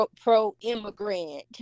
pro-immigrant